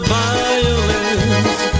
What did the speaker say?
violence